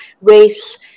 race